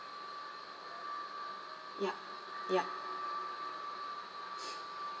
yup yup